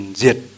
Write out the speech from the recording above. diệt